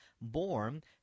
born